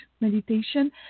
Meditation